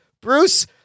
Bruce